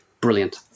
Brilliant